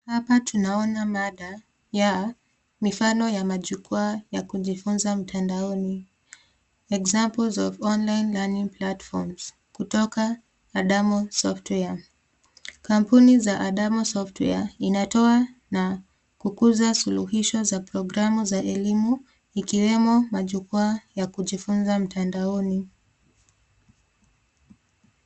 Hapa tunaona mada ya mifano ya majukwaa ya kujifunza mtandaoni, examples of online learning platforms, kutoka adamo software. Kampuni za adamo software inatoa na kukuza picha za programu za elimu ikiwemo majukwaa ya kujifunza mtandaoni.